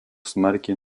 smarkiai